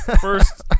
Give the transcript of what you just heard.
first